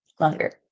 longer